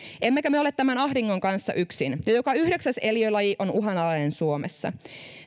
emmekä me ole tämän ahdingon kanssa yksin joka yhdeksäs eliölaji on uhanalainen suomessa